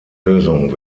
lösung